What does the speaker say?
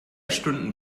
stunden